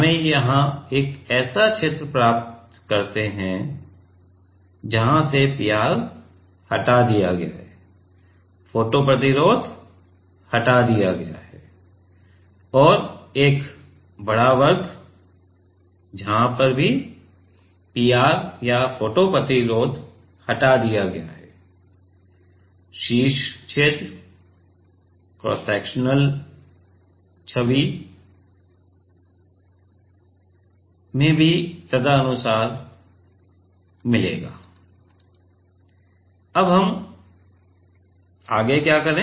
हम यहां एक क्षेत्र प्राप्त करते हैं जहां से पीआर हटा दिया गया है फोटो प्रतिरोध हटा दिया गया है और एक बड़ा वर्ग भी जहां पीआर या फोटो प्रतिरोध हटा दिया गया है शीर्ष क्षेत्र और क्रॉस सेक्शनल छवि में भी तदनुसार मिलेगा अब हम क्या करें